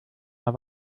der